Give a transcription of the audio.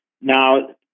Now